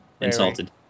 insulted